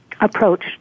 Approach